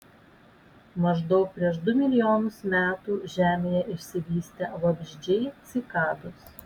maždaug prieš du milijonus metų žemėje išsivystė vabzdžiai cikados